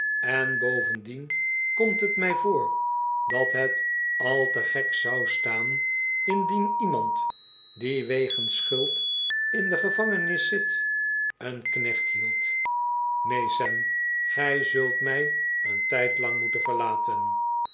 en bovendien komt het mij voor dat het al te gek zou staan indien iemand die wegens schuld in de gevangenis zit een knecht hield neen sam gij zult mij een tijdlang moeten verlaten